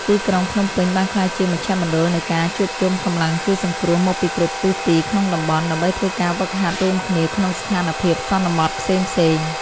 ទីក្រុងភ្នំពេញបានក្លាយជាមជ្ឈមណ្ឌលនៃការជួបជុំកម្លាំងជួយសង្គ្រោះមកពីគ្រប់ទិសទីក្នុងតំបន់ ដើម្បីធ្វើការហ្វឹកហាត់រួមគ្នាក្នុងស្ថានភាពសន្មតផ្សេងៗ។